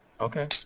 Okay